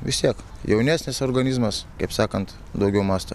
vis tiek jaunesnis organizmas kaip sakant daugiau mąsto